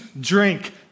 drink